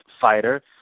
fighter